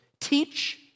Teach